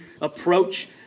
approach